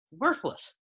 worthless